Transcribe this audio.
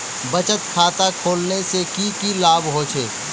बचत खाता खोलने से की की लाभ होचे?